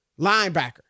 linebacker